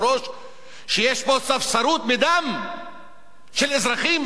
ויש פה ספסרות בדם של אזרחים ושל אזור שלם,